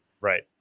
Right